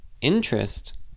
interest